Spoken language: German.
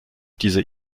diese